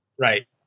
right